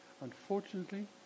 Unfortunately